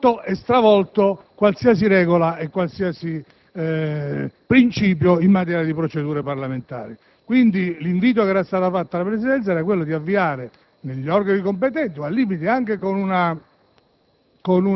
travolto e stravolto qualsiasi regola e qualsiasi principio in materia di procedure parlamentari. L'invito che era stato rivolto alla Presidenza, quindi, era quello di avviare un dibattito negli organi competenti o, al limite, con una